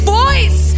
voice